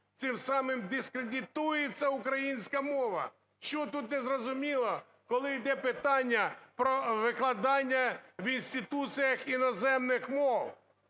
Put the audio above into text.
тим самим дискредитується українська мова. Що тут не зрозуміло, коли йде питання про викладання в інституціях іноземних мов?